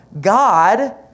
God